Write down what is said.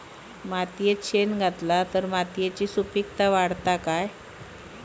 मातयेत शेण घातला तर मातयेची सुपीकता वाढते काय?